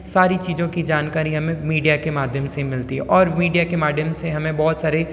सारी चीज़ों की जानकारी हमें मीडिया के माध्यम से मिलती है और मीडिया के माध्यम से हमें बहुत सारे